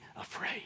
afraid